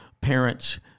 parents